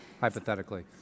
Hypothetically